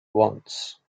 wants